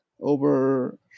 over